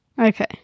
Okay